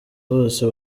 bose